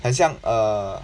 很像 err